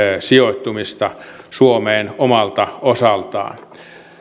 sijoittumista suomeen omalta osaltaan